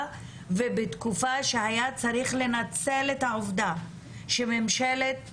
ובתקופה שהיה צריך לנצל את העובדה שממשלת ישראל,